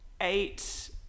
Eight